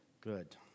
Good